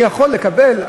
אני יכול לקבל,